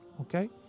okay